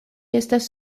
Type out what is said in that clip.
estas